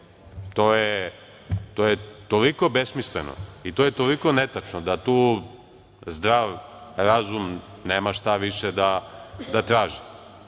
to je toliko besmisleno i toliko netačno da tu zdrav razum nema šta više da traži. Dakle,